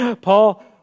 Paul